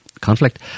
conflict